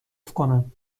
کنم